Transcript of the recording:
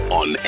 on